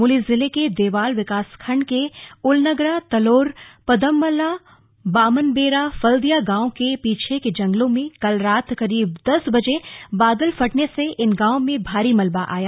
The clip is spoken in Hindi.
चमोली जिले के देवाल विकासखंड के उलनग्रा तलोर पदमल्ला बामन बेरा फल्दिया गांवों के पीछे के जंगलों में कल रात करीब दस बजे बादल फटने से इन गांवों में भारी मलबा आया